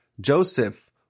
Joseph